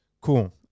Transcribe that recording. Cool